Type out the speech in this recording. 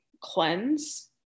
cleanse